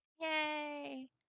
Yay